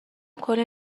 کلی